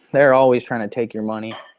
they're always trying to take your money.